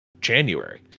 January